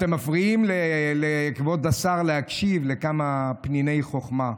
אתם מפריעים לכבוד השר להקשיב לכמה פניני חוכמה.